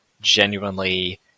genuinely